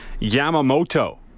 Yamamoto